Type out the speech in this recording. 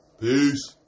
Peace